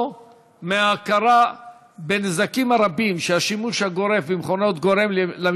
לעתים קרובות זהו בור ללא תחתית, דרך כמעט ללא